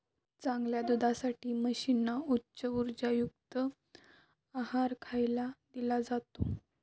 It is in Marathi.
चांगल्या दुधासाठी म्हशींना उच्च उर्जायुक्त आहार खायला दिला जातो